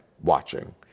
watching